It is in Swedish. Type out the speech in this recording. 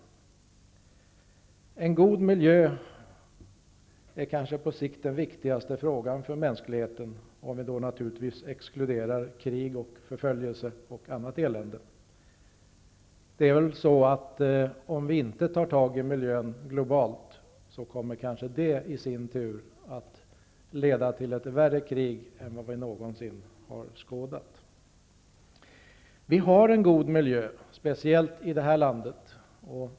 En god miljö är på sikt kanske den viktigaste frågan för mänskligheten, om vi exkluderar krig, förföljelse och annat elände. Om vi inte tar tag i miljöproblemen globalt kommer de kanske att leda till ett värre krig än vi någonsin har skådat. Vi har en god miljö, speciellt i det här landet.